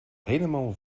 helemaal